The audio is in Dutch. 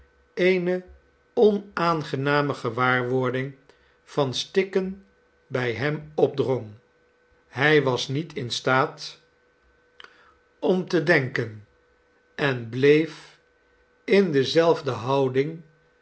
eene onaangename gewaarwording van stikken bij hem opdrong hij was niet in staat om te denken en bleef in dezelfde houding